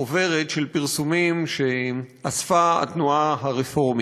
חוברת של פרסומים שאספה התנועה הרפורמית,